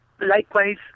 Likewise